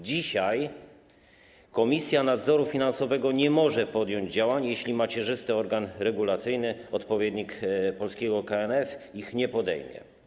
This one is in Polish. Dzisiaj Komisja Nadzoru Finansowego nie może podjąć działań, jeśli macierzysty organ regulacyjny, odpowiednik polskiego KNF, ich nie podejmie.